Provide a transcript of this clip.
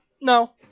no